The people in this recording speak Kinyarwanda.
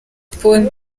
polly